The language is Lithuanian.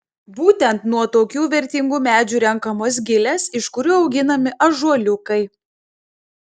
būtent nuo tokių vertingų medžių renkamos gilės iš kurių auginami ąžuoliukai